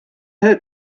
her